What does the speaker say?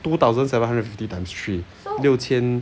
two thousand seven hundred and fifty times three 六千